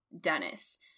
Dennis